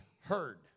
heard